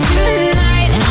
Tonight